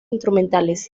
instrumentales